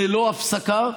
ללא הפסקה.